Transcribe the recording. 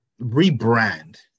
rebrand